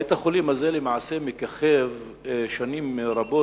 בית-החולים הזה למעשה מככב שנים רבות.